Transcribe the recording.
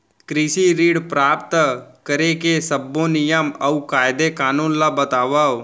कृषि ऋण प्राप्त करेके सब्बो नियम अऊ कायदे कानून ला बतावव?